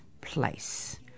Place